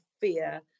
fear